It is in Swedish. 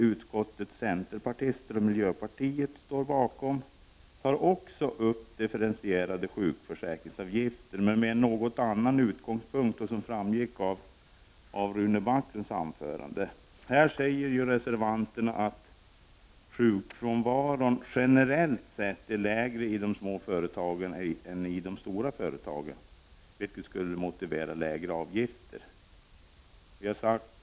Frågan om differentierade sjukförsäkringsavgifter tas också upp i reservation nr 6, som centerpartiet och miljöpartiet står bakom. Utgångspunkten är dock en annan, vilket framgick av Rune Backlunds anförande. Reservanterna säger här att sjukfrånvaron generellt sett är lägre i de små företagen än i de stora, vilket skulle motivera lägre avgifter.